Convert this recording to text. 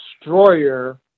destroyer